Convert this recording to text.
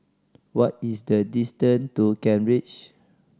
what is the distance to Kent Ridge